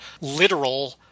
literal